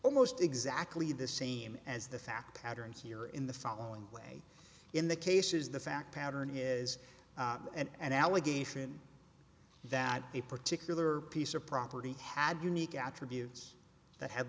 almost exactly the same as the fact pattern here in the following way in the case is the fact pattern is an allegation that a particular piece of property had unique attributes that ha